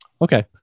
Okay